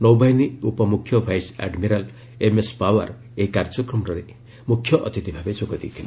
ନୌବାହିନୀ ଉପମୁଖ୍ୟ vice admiral MS Pawar ଏହି କାର୍ଯ୍ୟକ୍ରମରେ ମୁଖ୍ୟ ଅତିଥି ଭାବେ ଯୋଗ ଦେଇଥିଲେ